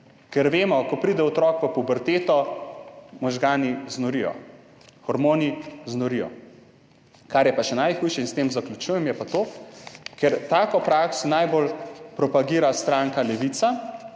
Ker vemo, ko pride otrok v puberteto, možgani znorijo, hormoni znorijo. Kar je pa še najhujše, in s tem zaključujem, je pa to, ker tako prakso najbolj propagira stranka Levica,